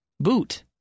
Boot